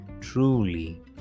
Truly